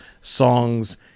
songs